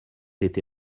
été